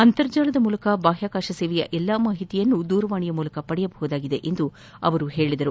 ಅಂತರ್ಜಾಲದ ಮೂಲಕ ಬಾಹ್ಲಾಕಾಶ ಸೇವೆಯ ಎಲ್ಲಾ ಮಾಹಿತಿಯನ್ನು ದೂರವಾಣಿ ಮೂಲಕ ಪಡೆಯಬಹುದಾಗಿದೆ ಎಂದು ತಿಳಿಸಿದರು